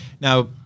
Now